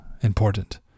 important